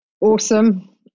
Awesome